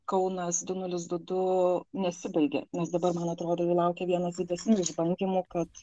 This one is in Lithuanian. kaunas du nulis du du nesibaigė nes dabar man atrodo jų laukia vienas didesnių išbandymų kad